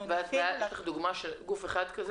יש לך דוגמה לגוף אחד כזה?